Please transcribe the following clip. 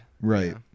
Right